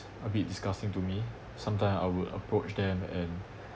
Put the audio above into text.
a bit disgusting to me sometimes I would approach them and